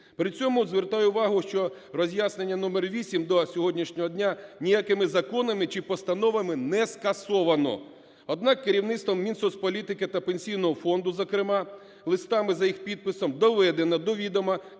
При цьому, звертаю увагу, що роз'яснення номер 8 до сьогоднішнього дня ніякими законами чи постановами не скасовано. Однак керівництво Мінсоцполітики та Пенсійного фонду, зокрема листами за їх підписом доведено до відома